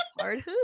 hard